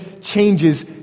changes